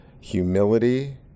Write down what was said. humility